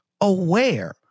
aware